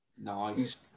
nice